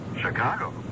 Chicago